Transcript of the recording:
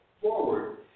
forward